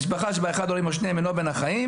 "משפחה שבה אחד ההורים או שניהם אינו בין החיים,